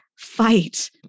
fight